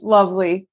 Lovely